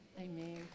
Amen